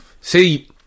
See